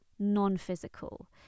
non-physical